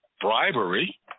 bribery